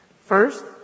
first